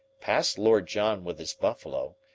past lord john with his buffalo,